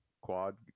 quad